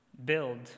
Build